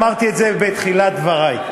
אמרתי את זה בתחילת דברי,